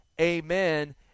Amen